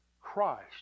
Christ